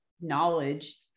knowledge